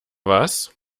was